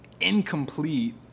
incomplete